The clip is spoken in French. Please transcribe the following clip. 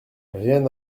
rien